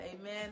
amen